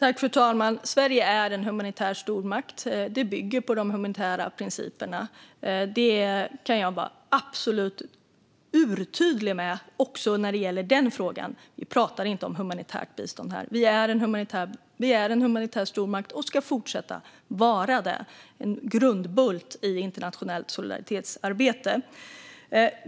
Fru talman! Sverige är en humanitär stormakt. Det bygger på de humanitära principerna. Det kan jag vara absolut urtydlig med också när det gäller denna fråga. Vi pratar inte om humanitärt bistånd här. Vi är en humanitär stormakt och ska fortsätta att vara det - en grundbult i internationellt solidaritetsarbete.